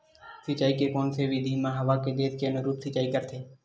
सिंचाई के कोन से विधि म हवा के दिशा के अनुरूप सिंचाई करथे?